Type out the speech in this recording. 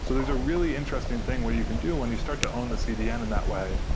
so there's a really interesting thing where you can do when you start to own the cdn in that way.